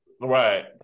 right